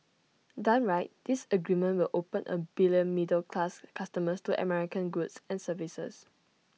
done right this agreement will open A billion middle class customers to American goods and services